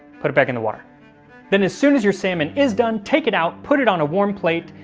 put it back in the water then as soon as your salmon is done take it out put it on a warm plate,